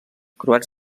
croats